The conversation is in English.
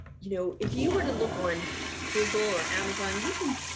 you know, if you were to look on google or amazon, you can